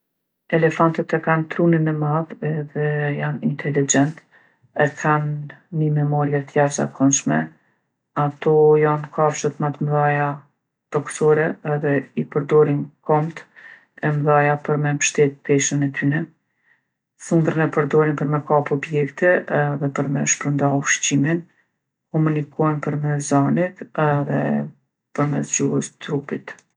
Elefantët e kanë trunin e madh edhe janë intelegjent. E kanë ni memorie t'jashtzakonshme. Ato jon kafshët ma t'mdhaja toksore edhe i përdorin komt e mdhaja për me mshtet peshën e tyne. Thundrën e përdorin për me kap objekte edhe për me shpërnda ushqimin. Komunikojnë përmes zanit edhe përmes gjuhës trupit.